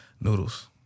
Noodles